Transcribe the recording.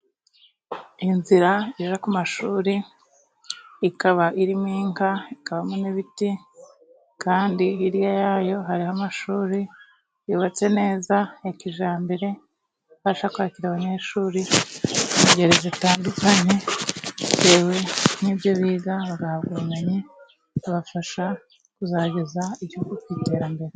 Inzira ijya ku mashuri ikaba irimo inka, ikabamo n'ibiti. Kandi hirya yayo hariho amashuri yubatse neza, ya kijyambere, abasha kwakira abanyeshuri b'ingeri zitandukanye bitewe n'ibyo biga, bagahabwa ubumenyi, bikabafasha kuzageza igihugu ku iterambere.